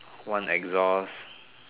one exhaust